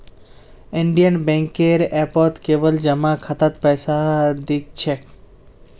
Indian बैंकेर ऐपत केवल जमा खातात पैसा दि ख छेक